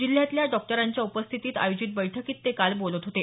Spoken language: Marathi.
जिल्ह्यातल्या डॉक्टरांच्या उपस्थितीत आयोजित बैठकीत ते बोलत होते